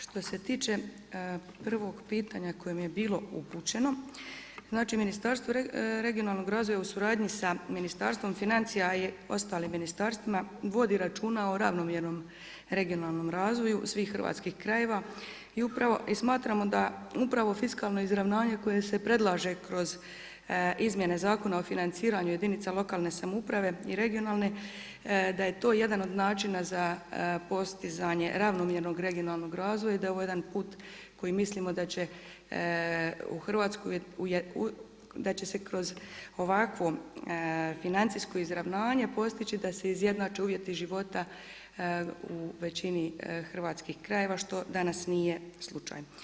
Što se tiče prvog pitanja koje mi je bilo upućeno, znači Ministarstvo regionalnog razvoja u suradnji sa Ministarstvom financija i ostalim ministarstvima, vodi računa o ravnomjernom regionalnom razviju svih hrvatskih krajeva i smatramo da upravo fiskalno izravnavanje koje se predlaže kroz izmjene Zakona o financiranju jedinica lokalne samouprave i regionalne, da je to jedan od načina za postizanje ravnomjernog regionalnog razvoja i da je ovo jedan put koji mislimo da će u Hrvatskoj, da će se kroz ovakvo financijsko izravnanje postići da se izjednače uvjeti života u većini hrvatskih krajeva što danas nije slučaj.